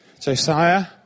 Josiah